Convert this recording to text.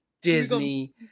Disney